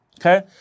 okay